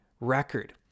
record